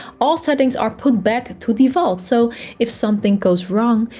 all settings are put back to default, so if something goes wrong,